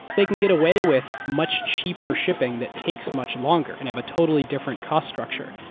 they can get away with much cheaper shipping that takes much longer and have a totally different cost structure.